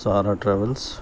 Sahara travels